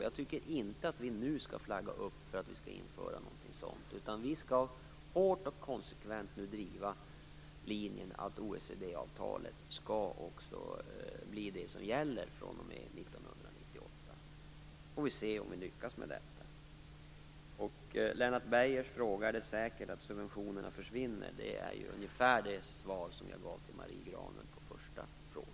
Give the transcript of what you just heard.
Jag tycker inte att vi nu skall flagga för att vi skall införa något sådant, utan vi skall hårt och konsekvent nu driva linjen att OECD-avtalet skall bli det som kommer att gälla fr.o.m. 1998. Sedan får vi se om vi lyckas med detta. Lennart Beijer frågade: Är det säkert att subventionerna försvinner? På den frågan kan jag ge ungefär samma svar som jag gav på Marie Granlunds första fråga.